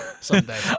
someday